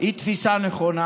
היא תפיסה נכונה,